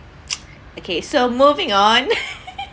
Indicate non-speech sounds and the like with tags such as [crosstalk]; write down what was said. [noise] okay so moving on [laughs]